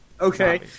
Okay